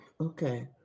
Okay